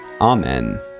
amen